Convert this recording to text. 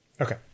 Okay